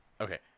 Okay